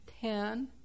Ten